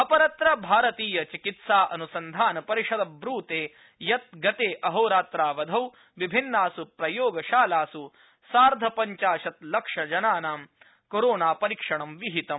अपस्त्र भारतीय चिकित्सा न्सन्धान परिषद ब्रूते यत् गते अहोरात्रावधौ विभिन्नास् प्रयोगशालास् सार्ध पंचाशत् लक्ष जनानां कोरोना परीक्षणं विहितम्